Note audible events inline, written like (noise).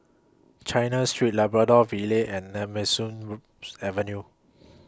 China Street Labrador Villa and Nemesu (unintelligible) Avenue